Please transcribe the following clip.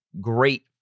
great